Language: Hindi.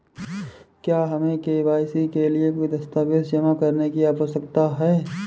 क्या हमें के.वाई.सी के लिए कोई दस्तावेज़ जमा करने की आवश्यकता है?